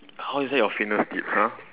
how is that your fitness tips !huh!